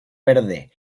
verde